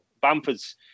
Bamford's